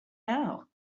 now